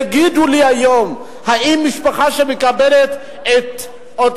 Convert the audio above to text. שיגידו לי היום: האם משפחה שמקבלת השתתפות